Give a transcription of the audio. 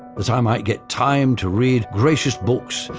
as i might get time to read gracious books,